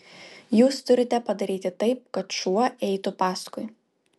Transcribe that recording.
jūs turite padaryti taip kad šuo eitų paskui